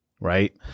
Right